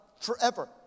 forever